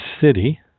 City